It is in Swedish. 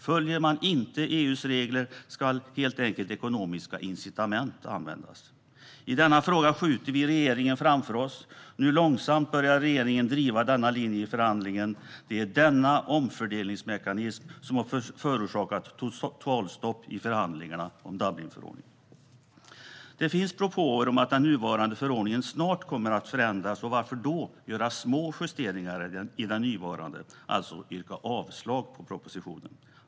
Följer man inte EU:s regler ska det få ekonomiska följder. I denna fråga skjuter vi regeringen framför oss. Nu långsamt börjar regeringen driva denna linje i förhandlingarna. Det är denna omfördelningsmekanism som förorsakat totalstopp i förhandlingarna om Dublinförordningen. Det finns propåer om att den nuvarande förordningen snart kommer att förändras. Varför då göra små justeringar i den nuvarande, alltså yrka avslag på propositionen?